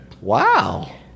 Wow